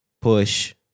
Push